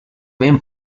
ven